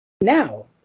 Now